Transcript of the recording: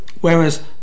Whereas